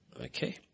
okay